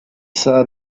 saw